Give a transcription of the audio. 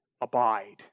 abide